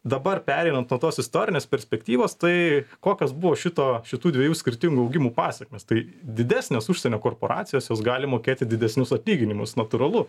dabar pereinant nuo tos istorinės perspektyvos tai kokios buvo šito šitų dviejų skirtingų augimų pasekmės tai didesnės užsienio korporacijos jos gali mokėti didesnius atlyginimus natūralu